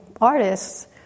artists